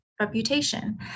reputation